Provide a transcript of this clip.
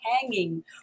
hanging